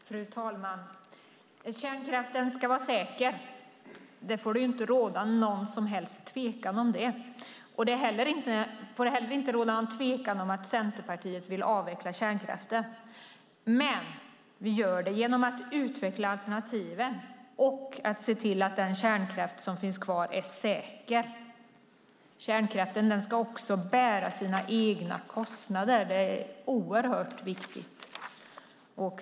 Fru talman! Kärnkraften ska vara säker. Det får inte råda någon som helst tvekan om det. Det får inte heller råda någon tvekan om att Centerpartiet vill avveckla kärnkraften. Men vi gör det genom att utveckla alternativen och se till att den kärnkraft som finns kvar är säker. Kärnkraften ska också bära sina egna kostnader. Det är oerhört viktigt.